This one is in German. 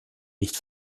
nicht